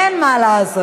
אין מה לעשות.